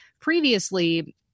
previously